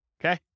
Okay